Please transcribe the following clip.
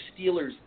Steelers